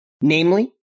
namely